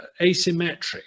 asymmetric